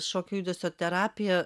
šokio judesio terapija